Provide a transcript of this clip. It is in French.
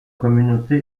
communauté